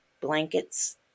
blankets